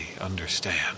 understand